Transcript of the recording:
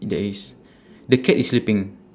there is the cat is sleeping